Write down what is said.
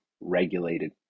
regulated